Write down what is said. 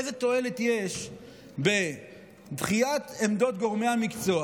איזו תועלת יש בדחיית עמדות גורמי המקצוע